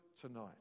tonight